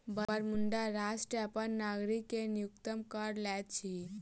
Bermuda राष्ट्र अपन नागरिक से न्यूनतम कर लैत अछि